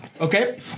Okay